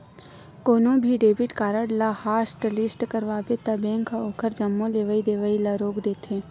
कोनो भी debit card ल हॉटलिस्ट करवाबे त बेंक ह ओखर जम्मो लेवइ देवइ ल रोक देथे